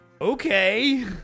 Okay